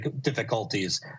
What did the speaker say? difficulties